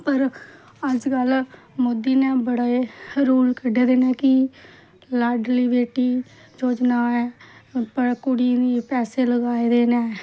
पर अज्ज कल मोदी नै बड़े गै रूल कड्ढे दे न लाडली बेटी योजना ऐ कुड़ियें गी पैसे लगाए दे न